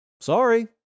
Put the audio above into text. sorry